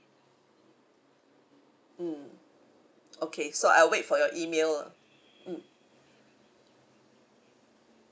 mm okay so I wait for your email lah mm